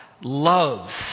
loves